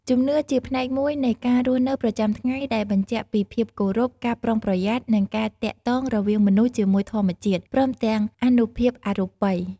ជំនឿជាផ្នែកមួយនៃការរស់នៅប្រចាំថ្ងៃដែលបញ្ជាក់ពីភាពគោរព ការប្រុងប្រយ័ត្ន និងការទាក់ទងរវាងមនុស្សជាមួយធម្មជាតិ ព្រមទាំងអានុភាពអរូបី។